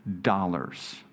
dollars